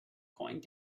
going